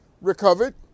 recovered